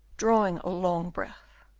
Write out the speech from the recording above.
drawing a long breath.